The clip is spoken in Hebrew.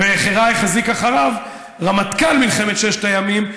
והחרה החזיק אחריו רמטכ"ל מלחמת ששת הימים,